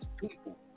people